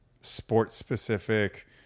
sports-specific